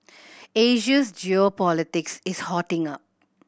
Asia's geopolitics is hotting up